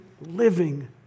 living